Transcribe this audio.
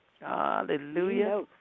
Hallelujah